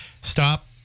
stop